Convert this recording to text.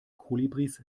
kolibris